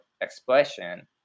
expression